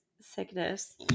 sickness